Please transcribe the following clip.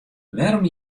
wêrom